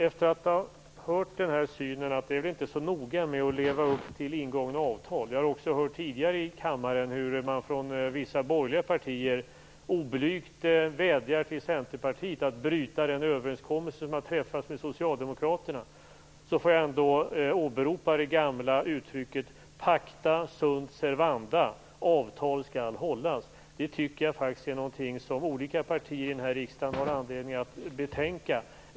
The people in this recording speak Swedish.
Efter att ha hört den här inställningen, att det inte är så noga med att leva upp till ingångna avtal - jag har också hört hur man tidigare i kammaren från vissa borgerliga partier oblygt vädjat till Centerpartiet att bryta den överenskommelse man träffat med Socialdemokraterna - får jag ändå åberopa det gamla uttrycket pacta sunt servanda, avtal skall hållas. Det tycker jag faktiskt är någonting som olika partier här i riksdagen har anledning att betänka.